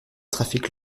trafic